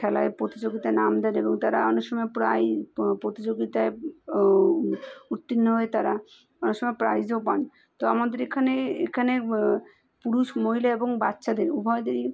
খেলার প্রতিযোগিতায় নাম দেন এবং তারা অনেকসময় প্রায়ই প্রতিযোগিতায় উত্তীর্ণ হয়ে তারা অনেকসময় প্রাইজও পান তো আমাদের এখানে এখানে পুরুষ মহিলা এবং বাচ্চাদের উভয়দেরই